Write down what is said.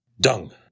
Dung